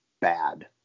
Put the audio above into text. bad